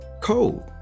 code